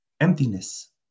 emptiness